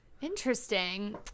Interesting